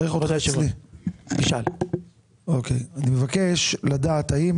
אני מבקש לדעת האם